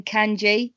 Kanji